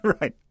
Right